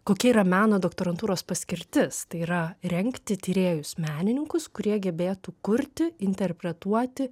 kokia yra meno doktorantūros paskirtis tai yra rengti tyrėjus menininkus kurie gebėtų kurti interpretuoti